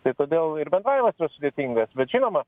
tai todėl ir bendravimas sudėtingas bet žinoma